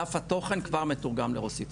דף התוכן כבר מתורגם לרוסית,